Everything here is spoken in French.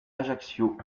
ajaccio